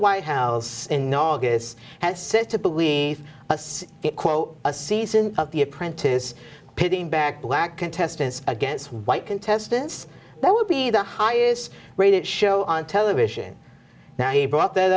white house know all this has said to believe it quote a season of the apprentice pitting back black contestants against white contestants that would be the highest rated show on television now you brought that